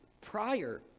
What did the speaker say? prior